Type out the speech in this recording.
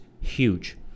huge